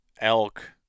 elk